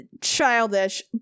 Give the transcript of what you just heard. Childish